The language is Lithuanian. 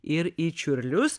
ir į čiurlius